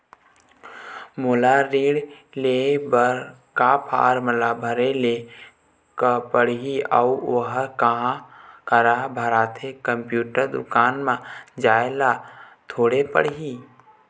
मोला ऋण लेहे बर का फार्म ला भरे ले पड़ही अऊ ओहर कहा करा भराथे, कंप्यूटर दुकान मा जाए ला थोड़ी पड़ही?